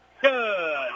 Good